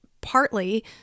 partly